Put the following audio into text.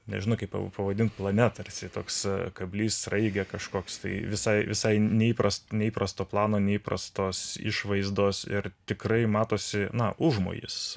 nežinau kaip pavadint plane tarsi toks kablys sraigė kažkoks tai visai visai neįprasta neįprasto plano neįprastos išvaizdos ir tikrai matosi na užmojis